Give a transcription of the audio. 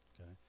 Okay